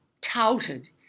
touted